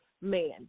man